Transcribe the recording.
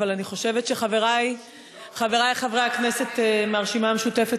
אבל אני חושבת שחברי חברי הכנסת מהרשימה המשותפת,